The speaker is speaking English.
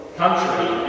country